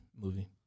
movie